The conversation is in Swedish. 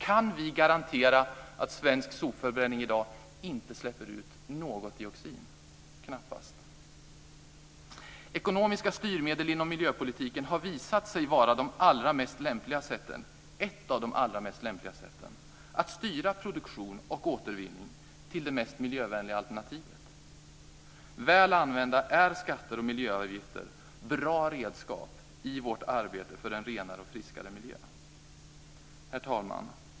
Kan vi garantera att svensk sopförbränning i dag inte släpper ut något dioxin? Knappast. Ekonomiska styrmedel inom miljöpolitiken har visat sig vara ett av de allra mest lämpliga sätten att styra produktion och återvinning till det mest miljövänliga alternativet. Väl använda är skatter och miljöavgifter bra redskap i vårt arbete för en renare och friskare miljö. Herr talman!